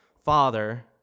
Father